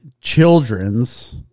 Children's